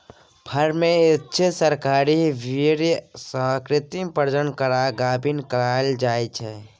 firm मे इच्छित सरहाक बीर्य सँ कृत्रिम प्रजनन करा गाभिन कराएल जाइ छै